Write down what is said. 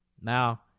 Now